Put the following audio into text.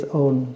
own